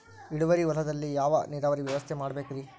ಇಳುವಾರಿ ಹೊಲದಲ್ಲಿ ಯಾವ ನೇರಾವರಿ ವ್ಯವಸ್ಥೆ ಮಾಡಬೇಕ್ ರೇ?